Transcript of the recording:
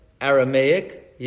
Aramaic